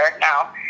now